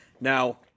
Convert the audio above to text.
Now